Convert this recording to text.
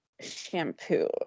shampoo